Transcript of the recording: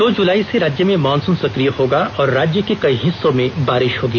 दो जुलाई से राज्य में मानसून सक्रिय होगा और राज्य के कई हिस्सों में बारिश होगी